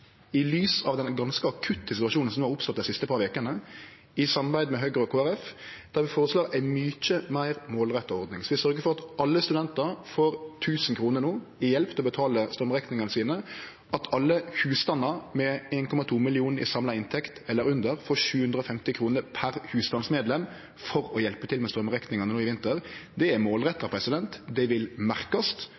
i dag, i samarbeid med Høgre og Kristeleg Folkeparti, lagt fram eit nytt forslag i lys av den ganske akutte situasjonen som har oppstått dei siste par vekene, der vi føreslår ei mykje meir målretta ordning. Vi sørgjer for at alle studentar no får 1 000 kr i hjelp til å betale straumrekningane sine, og at alle husstandar med 1,2 mill. kr i samla inntekt eller under får 750 kr per husstandsmedlem, for å hjelpe til med straumrekninga no i vinter. Det er målretta. Det vil